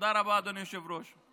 תודה רבה, אדוני היושב-ראש.